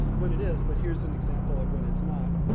when it is, but here's an example of when it's not.